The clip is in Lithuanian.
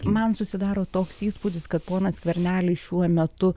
man susidaro toks įspūdis kad ponas skvernelis šiuo metu